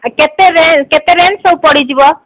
ଆଉ କେତେରେ କେତେ ରେଞ୍ଜ୍ ସବୁ ପଡ଼ିଯିବ